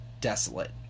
desolate